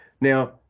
Now